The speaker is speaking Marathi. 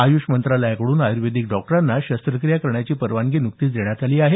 आयुष मंत्रालयाकडून आयुर्वेदीक डॉक्टरांना शस्त्रक्रिया करण्याची परवानगी नुकतीच देण्यात आली आहे